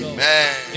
Amen